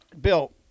Bill